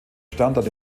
standort